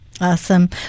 awesome